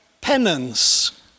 penance